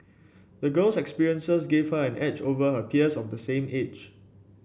the girl's experiences gave her an edge over her peers of the same age